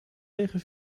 tegen